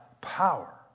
power